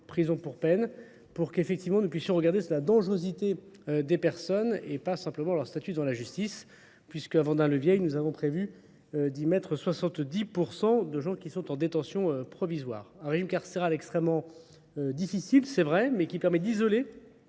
prison pour peine, pour qu'effectivement nous puissions regarder la dangerosité des personnes et pas simplement leur statut dans la justice, puisqu'avant d'un levier, nous avons prévu d'y mettre 70% de gens qui sont en détention provisoire. Un régime carcéral extrêmement difficile, c'est vrai, mais qui permet d'isoler